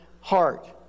heart